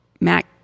Mac